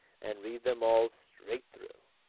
and read them all straight through.